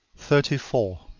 thirty four.